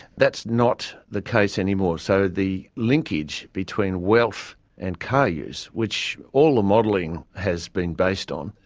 that's not the case anymore. so the linkage between wealth and car use, which all the modelling has been based on,